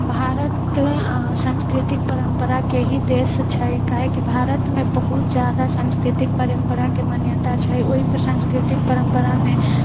भारत सांस्कृतिक परम्पराके ही देश छै काहेकि भारतमे बहुत जादा सांस्कृतिक परम्पराके मान्यता छै ओहि सांस्कृतिक परम्परामे सबसे